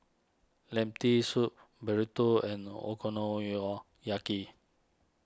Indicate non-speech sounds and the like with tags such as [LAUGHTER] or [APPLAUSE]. Lentil Soup Burrito and [UNINTELLIGIBLE]